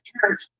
church